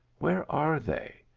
where are they?